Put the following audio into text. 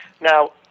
Now